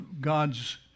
God's